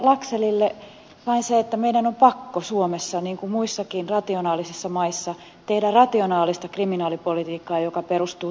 laxellille vain se että meidän on pakko suomessa niin kuin muissakin rationaalisissa maissa tehdä rationaalista kriminaalipolitiikkaa joka perustuu tutkimuksiin